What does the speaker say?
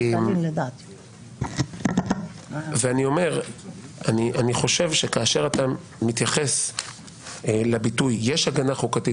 אני חושב שכאשר אתה מתייחס לביטוי יש הגנה חוקתית